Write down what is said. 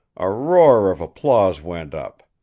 a roar of applause went up.